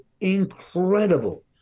incredible